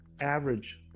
average